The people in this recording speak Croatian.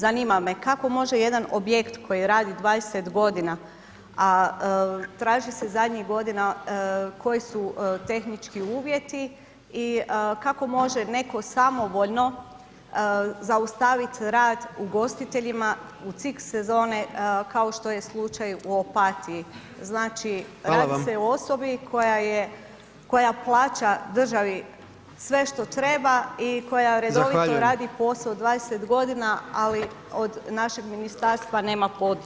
Zanima me kako može jedan objekt koji radi 20 godina, a traži se zadnjih godina koji su tehnički uvjeti i kako može neko samovoljno zaustaviti rad ugostiteljima u cik sezone kao što je slučaju u Opatiji? [[Upadica predsjednik: Hvala vam.]] Znači radi se o osobi koja plaća državi sve što treba i koja redovito radi posao 20 godina, ali od našeg ministarstva nema podršku.